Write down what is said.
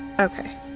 Okay